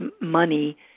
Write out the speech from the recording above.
money